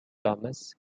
thomas